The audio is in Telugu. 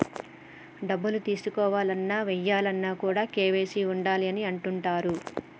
డబ్బులు తీసుకోవాలన్న, ఏయాలన్న కూడా కేవైసీ ఉండాలి అని అంటుంటరు